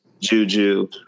Juju